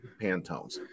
Pantones